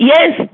Yes